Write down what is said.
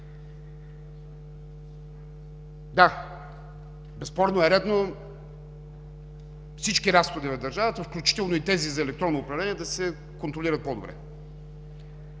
Да, безспорно е редно всички разходи на държавата, включително и тези за електронно управление, да се контролират по-добре.